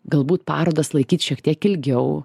galbūt parodas laikyt šiek tiek ilgiau